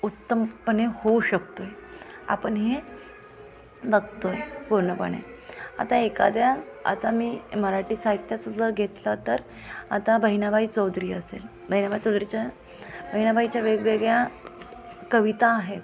उत्तमपणे होऊ शकत आहे आपण हे बघत आहे पूर्णपणे आता एखाद्या आता मी मराठी साहित्याचं जर घेतलं तर आता बहिणाबाई चौधरी असेल बहिणाबाई चौधरीच्या बहिणाबाईच्या वेगवेगळ्या कविता आहेत